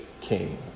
king